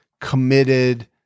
committed